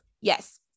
Yes